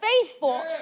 faithful